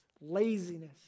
laziness